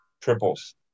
triples